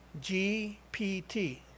GPT